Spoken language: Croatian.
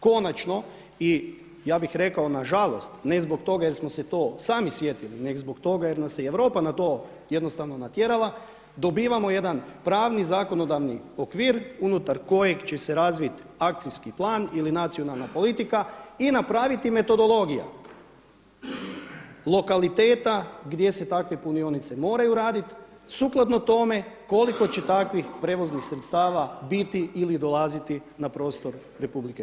Konačno i ja bih rekao nažalost, ne zbog toga jer smo se to sami sjetili nego zbog toga jel nas je i Europa jednostavno natjerala, dobivamo jedan pravni zakonodavni okvir unutar kojeg će se razviti akcijski plan ili nacionalna politika i napraviti metodologija lokaliteta gdje se takve punionice moraju raditi sukladno tome koliko će takvih prevoznih sredstava biti ili dolaziti na prostor RH.